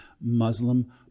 Muslim